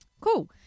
Cool